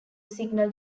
signal